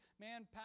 man